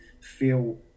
feel